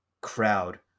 crowd